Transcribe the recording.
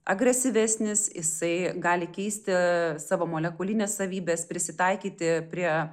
agresyvesnis jisai gali keisti savo molekulines savybes prisitaikyti prie